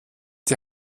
die